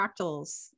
fractals